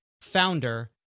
founder